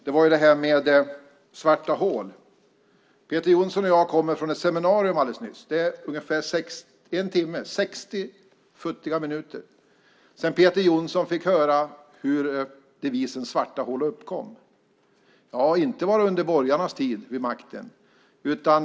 Peter Jonsson och jag kom alldeles nyss från ett seminarium, och det är en timme, 60 futtiga minuter, sedan Peter Jonsson fick höra hur devisen svarta hål uppkom. Ja, inte var det under borgarnas tid vid makten.